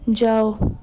जाओ